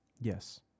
Yes